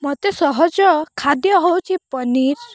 ମୋତେ ସହଜ ଖାଦ୍ୟ ହେଉଛି ପନିର୍